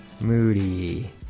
Moody